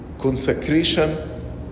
consecration